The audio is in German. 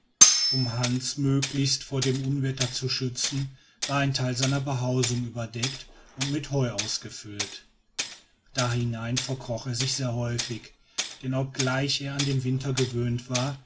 um hans möglichst vor dem unwetter zu schützen war ein teil seiner behausung überdeckt und mit heu ausgefüllt dahinein verkroch er sich sehr häufig denn obgleich er an den winter gewöhnt war